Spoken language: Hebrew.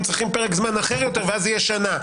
צריכים פרק זמן אחר יותר ואז זה יהיה שנה.